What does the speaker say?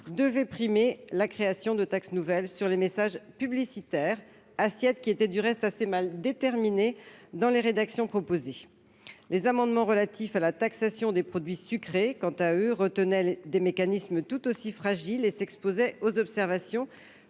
faire primer la création de taxes nouvelles sur les messages publicitaires, assiette qui était du reste assez mal déterminée dans les rédactions proposées. Les amendements relatifs à la taxation des produits sucrés, quant à eux, visaient à retenir des mécanismes tout aussi fragiles et s'exposaient aux observations